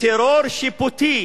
טרור שיפוטי